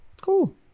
cool